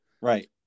Right